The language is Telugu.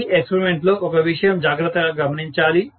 ఈ ఎక్స్పరిమెంట్ లో ఒక విషయం జాగ్రత్త గా గమనించాలి